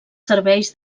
serveis